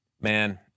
man